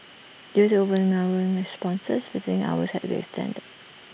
due to overwhelming responses visiting hours had to be extended